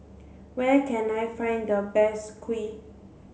where can I find the best Kuih